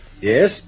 Yes